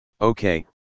okay